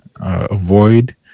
avoid